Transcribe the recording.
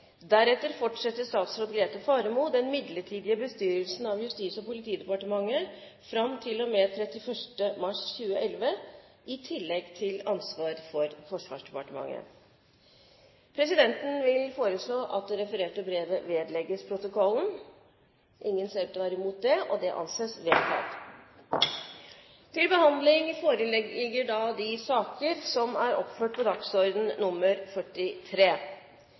Deretter fortsetter statsråd Grete Faremo den midlertidige bestyrelsen av Justis- og politidepartementet fram til og med 31. mars 2011, i tillegg til ansvaret for Forsvarsdepartementet.» Presidenten vil foreslå at det refererte brevet vedlegges protokollen. – Det anses vedtatt. Før sakene på dagens kart tas opp til behandling, vil presidenten foreslå at formiddagsmøtet om nødvendig fortsetter utover den reglementsmessige tid, kl. 16, til dagens kart er